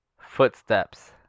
Footsteps